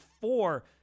four